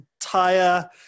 entire